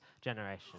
generation